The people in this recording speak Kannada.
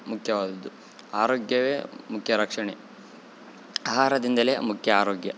ಮುಖ್ಯವಾದದ್ದು ಆರೋಗ್ಯವೇ ಮುಖ್ಯ ರಕ್ಷಣೆ ಆಹಾರದಿಂದೆಲೆ ಮುಖ್ಯ ಆರೋಗ್ಯ